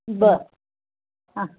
बरं हां